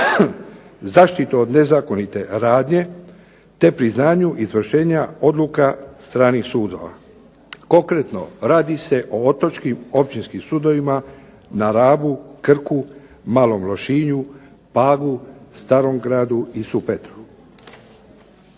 zaštitu od nezakonite radnje, te priznanju izvršenja odluka stranih sudova. Konkretno radi se o otočkim općinskim sudovima na Rabu, Krku, Malom Lošinju, Pagu, Starogradu i Supetru.